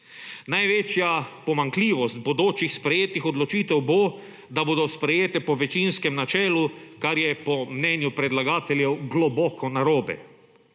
Največja pomanjkljivost bodočih sprejetih odločitev bo, da bodo sprejete po večinskem načelu, kar je po mnenju predlagateljev globoko narobe.